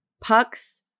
pucks